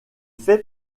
fait